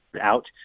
out